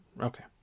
Okay